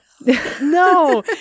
No